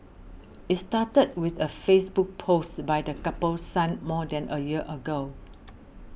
it started with a Facebook post by the couple's son more than a year ago